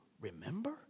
remember